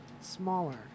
smaller